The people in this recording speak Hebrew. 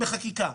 בחקיקה.